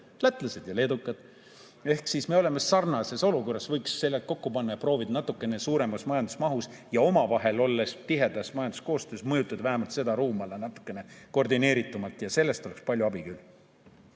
Lätlased ja leedukad. Ehk siis me oleme sarnases olukorras, võiks seljad kokku panna ja proovida natuke suuremas majandusmahus ja omavahel tihedat majanduskoostööd tehes mõjutada vähemalt seda ruumala natukene koordineeritumalt. Sellest oleks palju abi.